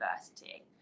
university